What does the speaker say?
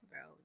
Bro